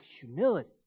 humility